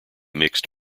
mixed